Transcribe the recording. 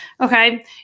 Okay